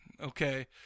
okay